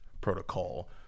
protocol